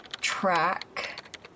track